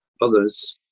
Others